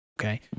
Okay